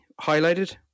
highlighted